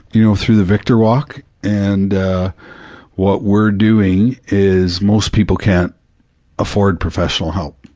you know, through the victor walk and what we're doing is, most people can't afford professional help,